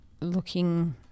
looking